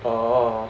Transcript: orh